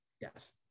yes